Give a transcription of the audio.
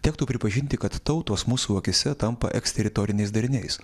tektų pripažinti kad tautos mūsų akyse tampa eksteritoriniais dariniais